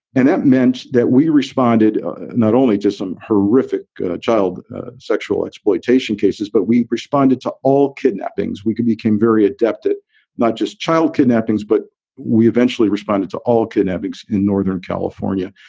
and that meant that we responded not only just some horrific child sexual exploitation cases, but we responded to all kidnappings we could, became very adept at not just child kidnappings, but we eventually responded to all kidnappings in northern california.